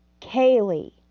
Kaylee